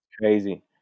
crazy